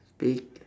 speak